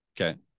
okay